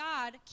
God